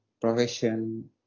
profession